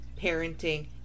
parenting